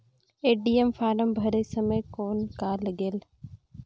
ATM form भरे समय कौन का लगेल?